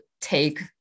take